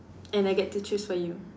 and I get to choose for you